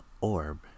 orb